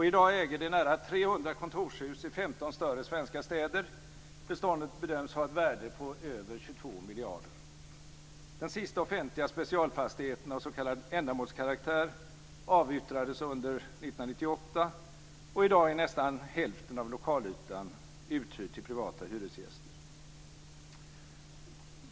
I dag äger det nära 300 kontorshus i 15 större svenska städer. Beståndet bedöms ha ett värde på över 22 miljarder. Den sista offentliga specialfastigheten av s.k. ändamålskaraktär avyttrades under 1998. I dag är nästan hälften av lokalytan uthyrd till privata hyresgäster.